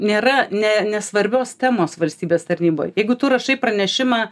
nėra nė nesvarbios temos valstybės tarnyboj jeigu tu rašai pranešimą